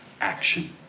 action